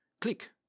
click